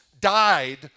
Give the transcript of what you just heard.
died